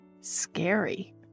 scary